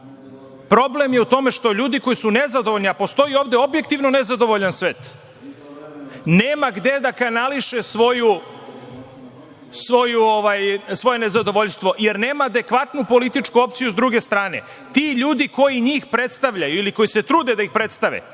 Problem je u tome što ljudi koji su nezadovoljni, a postoji ovde objektivno nezadovoljan svet, nema gde da kanališe svoje nezadovoljstvo, jer nema adekvatnu političku opciju s druge strane. Ti ljudi koji njih predstavljaju, ili koji se trude da ih predstave,